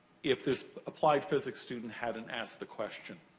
if this applied physics student hadn't asked the question,